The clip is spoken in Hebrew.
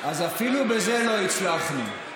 אז אפילו בזה לא הצלחנו.